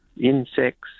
insects